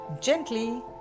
gently